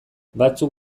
batzuk